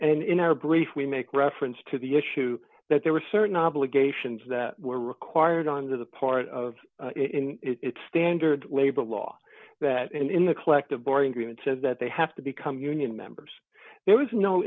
and in our brief we make reference to the issue that there were certain obligations that were required on the part of it's standard labor law that in the collective boring agreement says that they have to become union members there was no